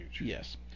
yes